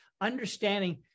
Understanding